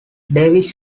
davis